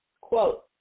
Quote